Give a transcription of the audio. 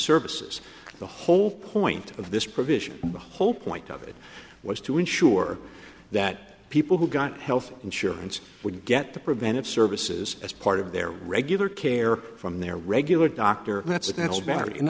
services the whole point of this provision the whole point of it was to ensure that people who got health insurance would get the preventive services as part of their regular care from their regular doctor